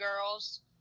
girls